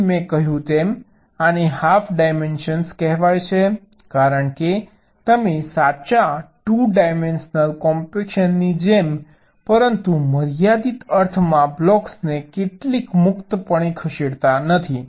તેથી મેં કહ્યું તેમ આને હાફ ડાયમેન્શન કહેવાય છે કારણ કે તમે સાચા 2 ડાયમેન્શનલ કોમ્પેક્શનની જેમ પરંતુ મર્યાદિત અર્થમાં બ્લોક્સને એટલી મુક્તપણે ખસેડતા નથી